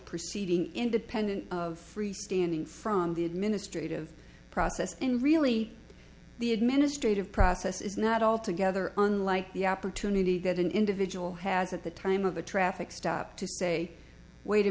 proceeding independent of freestanding from the administrative process and really the administrative process is not altogether unlike the opportunity that an individual has at the time of a traffic stop to say wait a